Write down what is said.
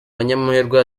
banyamahirwe